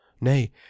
Nay